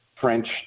French